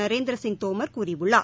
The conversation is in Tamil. நரேந்திரசிங் தோமர் கூறியுள்ளார்